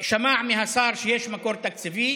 שמע מהשר שיש מקור תקציבי,